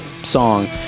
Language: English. song